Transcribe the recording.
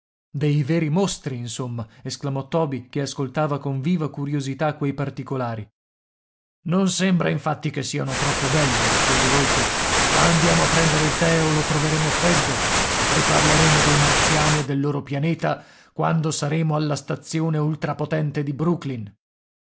dei veri mostri insomma esclamò toby che ascoltava con viva curiosità quei particolari non sembra infatti che siano troppo belli rispose holker ma andiamo a prendere il tè o lo troveremo freddo riparleremo dei martiani e del loro pianeta quando saremo alla stazione ultrapotente di brooklyn